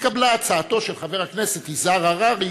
התקבלה הצעתו של חבר הכנסת יזהר הררי,